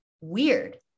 weird